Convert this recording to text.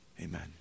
Amen